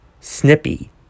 snippy